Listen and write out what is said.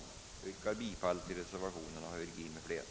Jag ber att få yrka bifall till reservationen av herr Virgin m.fl.